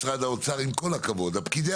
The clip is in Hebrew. משרד האוצר, עם כל הכבוד, פקידי